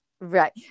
right